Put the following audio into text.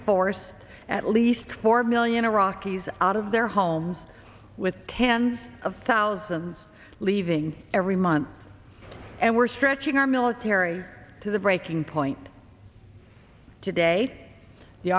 forced at least four million iraqis out of their homes with tens of thousands leaving every month and we're stretching our military to the breaking point today the